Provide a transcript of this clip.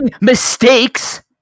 mistakes